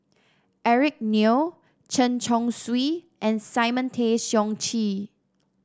Eric Neo Chen Chong Swee and Simon Tay Seong Chee